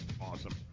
Awesome